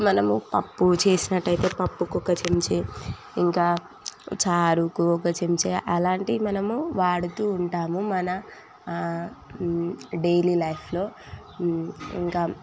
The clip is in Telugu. మనము పప్పు చేసినట్టు అయితే పప్పుకు ఒక చెంచా ఇంకా చారుకు ఒక చెంచా అలాంటివి మనం వాడుతూ ఉంటాము మన డైలీ లైఫ్లో ఇంకా